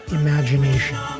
imagination